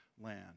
land